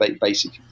basic